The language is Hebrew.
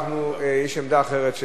יש עמדה אחרת,